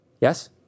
Yes